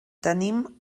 tenim